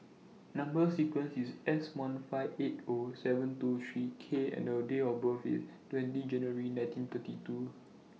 Number sequence IS S one five eight O seven two three K and Date of birth IS twenty January nineteen thirty two